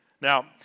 Now